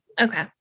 Okay